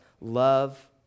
love